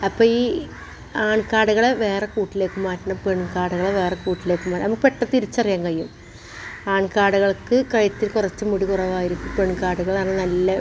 അപ്പോൾ ഈ ആൺ കാടകളെ വേറെ കൂട്ടിലേക്ക് മാറ്റണം പെൺ കാടകളെ വേറെ കൂട്ടിലേക്ക് നമുക്ക് പെട്ടെന്ന് തിരിച്ചറിയാൻ കഴിയും ആൺ കാടകൾക്ക് കഴുത്തിൽ കുറച്ച് മുടി കുറവായിരിക്കും പെൺ കാടകളാണ് നല്ല